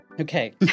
Okay